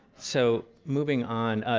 so moving on,